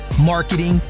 marketing